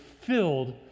filled